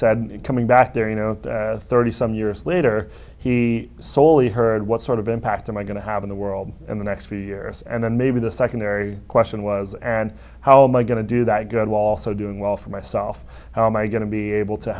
said coming back there you know thirty some years later he slowly heard what sort of impact am i going to have in the world in the next few years and then maybe the secondary question was and how my going to do that good also doing well for myself how am i going to be able to